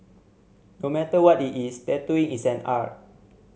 no matter what it is tattooing is an art